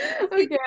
Okay